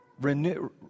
renew